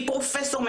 היא פרופסורית,